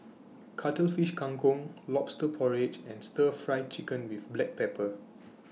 Cuttlefish Kang Kong Lobster Porridge and Stir Fry Chicken with Black Pepper